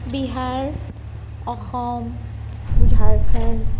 Bihar Assam Jharkhand